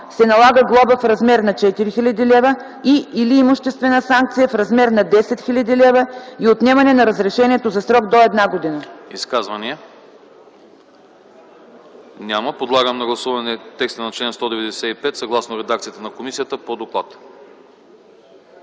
се налага глоба в размер на 4000 лв. и/или имуществена санкция в размер на 10 000 лв. и отнемане на разрешението за срок до една година.”